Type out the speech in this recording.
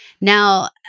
now